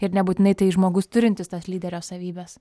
ir nebūtinai tai žmogus turintis tas lyderio savybes